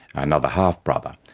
another half-brother.